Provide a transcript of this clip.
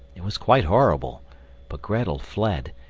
it was quite horrible but grettel fled,